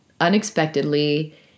unexpectedly